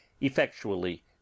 effectually